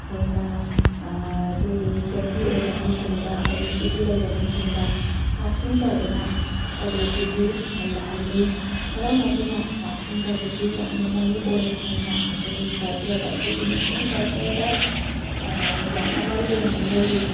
ꯑꯩꯈꯣꯏꯅ ꯑꯩꯈꯣꯏꯒꯤ ꯐꯦꯠꯇꯤ ꯑꯣꯏꯕ ꯃꯤꯁꯤꯡꯗ ꯑꯣꯕꯦꯁꯤꯇꯤ ꯂꯩꯕ ꯃꯤꯁꯤꯡꯗ ꯐꯥꯁꯇꯤꯡ ꯇꯧꯕꯅ ꯑꯣꯕꯦꯁꯤꯇꯤ ꯍꯟꯗꯍꯜꯂꯤ ꯃꯔꯝ ꯑꯗꯨꯅ ꯐꯥꯁꯇꯤꯡ ꯇꯧꯕꯁꯤ ꯌꯥꯝꯅ ꯃꯔꯨ ꯑꯣꯏ ꯍꯥꯏꯅ ꯑꯩꯈꯣꯏꯒꯤ ꯀꯜꯆꯔꯗ ꯑꯩꯈꯣꯏꯒꯤ ꯃꯨꯁꯂꯤꯝ ꯀꯜꯆꯔꯗ ꯌꯥꯝꯅ ꯃꯔꯨ ꯑꯣꯏꯅ ꯂꯧꯏ